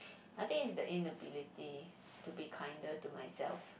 I think is the inability to be kinder to myself